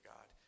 God